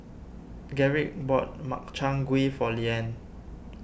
Garrick bought Makchang Gui for Leann